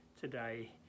today